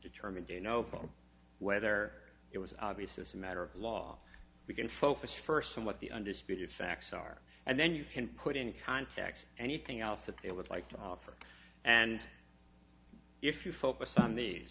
determine do you know whether it was obvious as a matter of law we can focus first on what the undisputed facts are and then you can put in context anything else that they would like to offer and if you focus on